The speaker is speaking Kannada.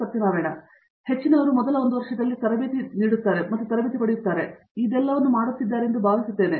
ಸತ್ಯನಾರಾಯಣ ಎನ್ ಗುಮ್ಮದಿ ಹಾಗಾಗಿ ನಮ್ಮಲ್ಲಿ ಹೆಚ್ಚಿನವರು ಮೊದಲ ಒಂದು ವರ್ಷದಲ್ಲಿ ತರಬೇತಿ ನೀಡುತ್ತಾರೆ ಮತ್ತು ಅವರು ಎಲ್ಲವನ್ನೂ ಮಾಡುತ್ತಿದ್ದಾರೆಂದು ನಾನು ಭಾವಿಸುತ್ತೇನೆ